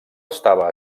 estava